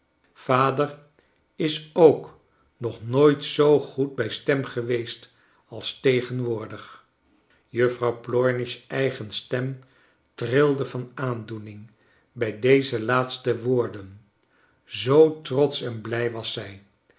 yader is ook nog nooit zoo goed bij stem geweest als tegenwoordig juffrouw plornish eigen stem trilde van aandoening bij deze laatste woorden zoo trotsch en blij was zij